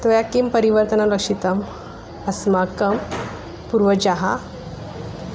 त्वया किं परिवर्तनं रक्षितम् अस्माकं पूर्वजाः